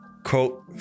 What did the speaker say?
quote